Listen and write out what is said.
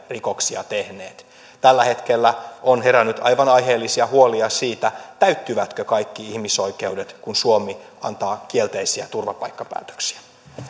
rikoksia tehneet tällä hetkellä on herännyt aivan aiheellisia huolia siitä täyttyvätkö kaikki ihmisoikeudet kun suomi antaa kielteisiä turvapaikkapäätöksiä